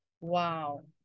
Wow